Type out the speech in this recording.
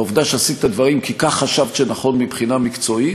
בעובדה שעשית את הדברים כי כך חשבת שנכון מבחינה מקצועית,